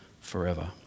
forever